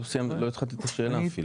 לא התחלתי את השאלה.